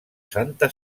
santa